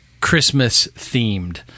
Christmas-themed